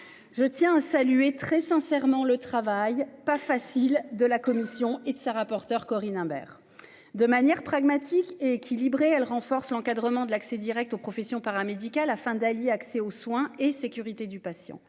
Je tiens à saluer très sincèrement le travail pas facile de la commission et de sa rapporteure Corinne Imbert de manière pragmatique et équilibrée, elle renforce l'encadrement de l'accès Direct aux professions paramédicales afin d'Ali, accès aux soins et sécurité du patient.